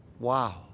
Wow